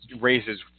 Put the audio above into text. raises